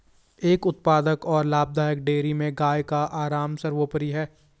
एक उत्पादक और लाभदायक डेयरी में गाय का आराम सर्वोपरि है